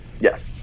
Yes